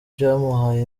byamuhaye